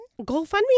GoFundMe